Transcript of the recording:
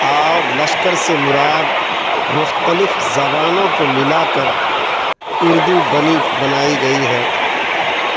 اور لشکر سے مراد مختلف زبانوں کو ملا کر اردو بنی بنائی گئی ہے